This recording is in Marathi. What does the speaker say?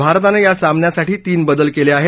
भारतानं या सामन्यासाठी तीन बदल केले आहेत